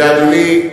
ואדוני,